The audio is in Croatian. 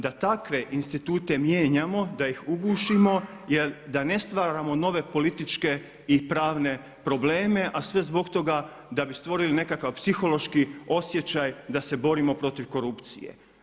Da takve institute mijenjamo, da ih ugušimo jer da ne stvaramo nove političke i pravne probleme a sve zbog toga da bi stvorili nekakav psihološki osjećaj da se borimo protiv korupcije.